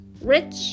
rich